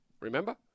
Remember